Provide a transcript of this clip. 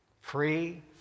free